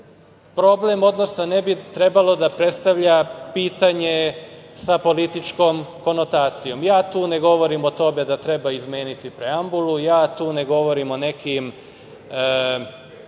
problem, odnosno ne bi trebalo da predstavlja pitanje sa političkom konotacijom. Ja tu ne govorim o tome da treba izmeniti preambulu. Ja tu ne ne govorim o nekim